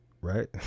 Right